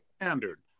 standard